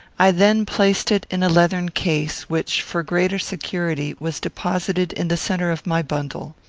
i then placed it in a leathern case, which, for greater security, was deposited in the centre of my bundle.